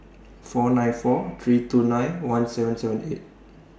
four nine four three two nine one seven seven eight